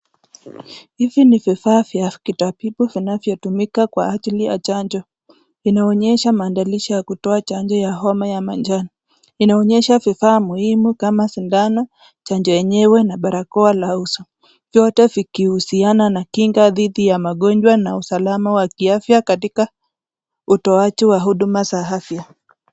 Hivi ni vifaa vya kitabibu vinavyotumika kwa ajili ya chanjo. Inaonyesha maandalizi ya kutoa chanjo ya homa ya manjano. Inaonyesha vifaa muhimu kama sindano, chanjo yenyewe na barakoa la uso. Vyote vikihusiana na kinga dhidi ya magonjwa na usalama wa kiafya katika utoaji wa huduma za afya.